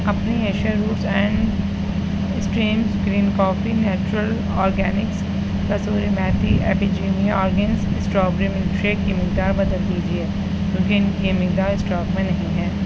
اپنی اشیاء roots and streams green coffee natural organics kasuri methi Epigamia organics strawberry milk shake کی مقدار بدل دیجیے کیونکہ ان کی یہ مقدار اسٹاک میں نہیں ہیں